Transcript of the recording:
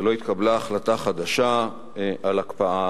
ולא התקבלה החלטה חדשה על הקפאה,